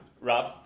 Rob